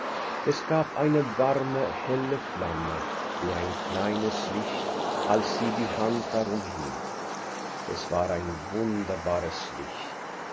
es gab eine warme helle flamme wie ein kleines licht als sie die hand darum hielt es war ein wunderbares licht